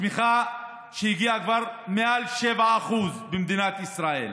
הצמיחה הגיעה כבר למעל 7% במדינת ישראל.